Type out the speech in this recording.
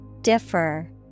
Differ